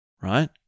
right